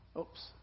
oops